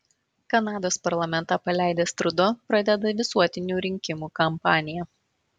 kanados parlamentą paleidęs trudo pradeda visuotinių rinkimų kampaniją